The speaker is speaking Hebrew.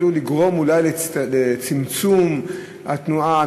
לגרום אולי לצמצום התנועה,